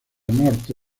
norte